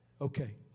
Okay